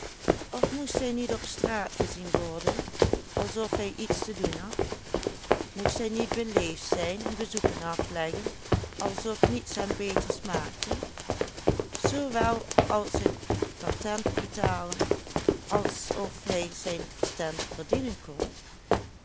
of moest hij niet op straat gezien worden alsof hij iets te doen had moest hij niet beleefd zijn en bezoeken afleggen alsof niets hem beter smaakte zoowel als zijn patent betalen alsof hij zijn patent verdienen kon